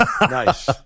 Nice